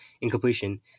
incompletion